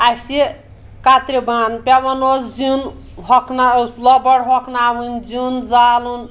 اسہِ کَترِ بانہٕ پیوان ٲسۍ زِیُن ہۄکھناوُن لۄبَر ہۄکھناوُن زِیُن زالُن